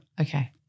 Okay